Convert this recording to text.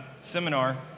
seminar